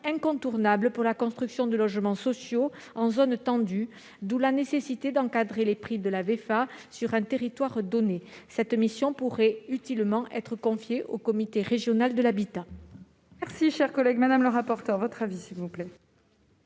incontournable pour la construction de logements sociaux en zone tendue, d'où la nécessité d'encadrer les prix sur un territoire donné. Cette mission pourrait utilement être confiée au CRHH. Quel est l'avis